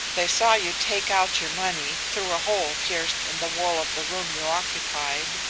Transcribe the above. they saw you take out your money, through a hole pierced in the wall of the room you occupied,